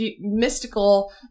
mystical